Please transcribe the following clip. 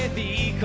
the